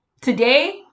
today